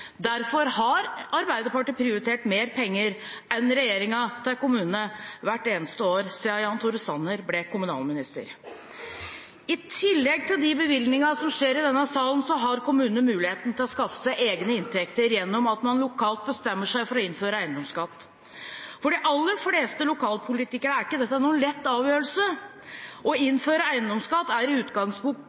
Derfor har Arbeiderpartiet prioritert mer penger til kommunene enn regjeringen hvert eneste år siden Jan Tore Sanner ble kommunalminister. I tillegg til de bevilgningene som gis i denne salen, har kommunene muligheten til å skaffe seg egne inntekter gjennom at man lokalt bestemmer seg for å innføre eiendomsskatt. For de aller fleste lokalpolitikere er ikke det noen lett avgjørelse. Å innføre eiendomsskatt er i